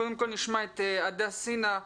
קודם כל נשמע את הדס סינה,